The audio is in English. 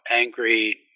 Angry